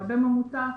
בממוצע,